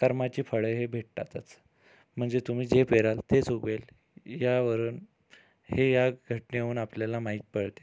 कर्माची फळे हे भेटतातच म्हणजे तुम्ही जे पेराल तेच उगवेल यावरून हे या घटनेवरून आपल्याला माहीत पडते